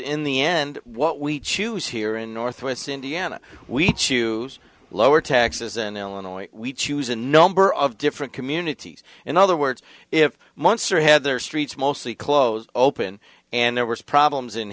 n the end what we choose here in northwest indiana we choose lower taxes and illinois we choose a number of different communities in other words if months or had their streets mostly closed open and there were problems